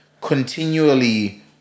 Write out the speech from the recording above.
continually